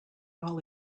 all